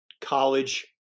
college